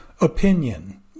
Opinion